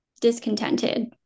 discontented